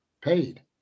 paid